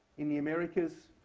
n the americas,